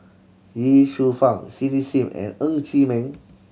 Ye Shufang Cindy Sim and Ng Chee Meng